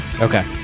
okay